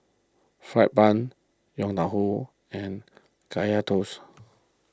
Fried Bun Yong Tau Foo and Kaya Toast